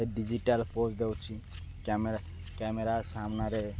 ସେ digital pose ଦେଉଛି camera camera ସାମ୍ନାରେ